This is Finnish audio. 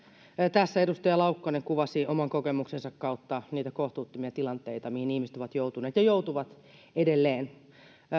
tässä edustaja laukkanen kuvasi oman kokemuksensa kautta niitä kohtuuttomia tilanteita mihin ihmiset ovat joutuneet ja joutuvat edelleen